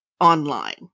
online